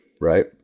right